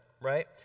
right